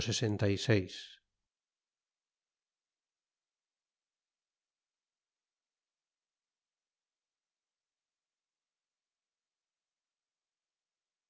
sesenta y seis